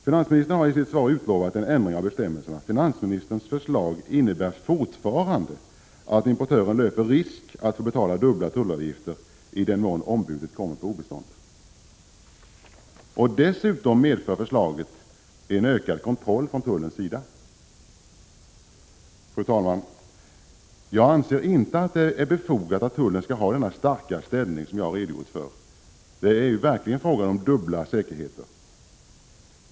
Finansministern har i sitt svar utlovat en ändring av bestämmelsen. Finansministerns förslag innebär att importören fortfarande löper risk att få betala dubbla tullavgifter i den mån ombudet kommer på obestånd. Dessutom medför förslaget en ökad kontroll från tullens sida. Fru talman! Jag anser inte att det är befogat att tullen skall ha denna starka ställning som jag har redogjort för. Det är verkligen fråga om dubbla säkerheter.